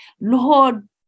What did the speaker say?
Lord